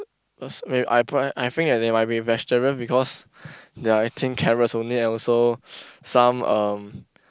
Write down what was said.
cause w~ I pr~ I think that they might be vegetarians because they are eating carrots only and also some um